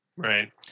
Right